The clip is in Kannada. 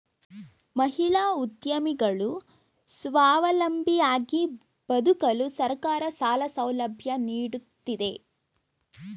ಮಹಿಳಾ ಉದ್ಯಮಿಗಳು ಸ್ವಾವಲಂಬಿಯಾಗಿ ಬದುಕಲು ಸರ್ಕಾರ ಸಾಲ ಸೌಲಭ್ಯ ನೀಡುತ್ತಿದೆ